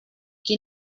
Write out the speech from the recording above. qui